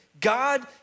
God